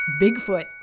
Bigfoot